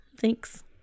thanks